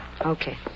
Okay